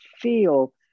feel